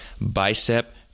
bicep